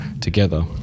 together